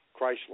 Chrysler